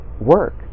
work